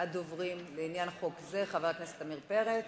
הדוברים לעניין חוק זה, חבר הכנסת עמיר פרץ.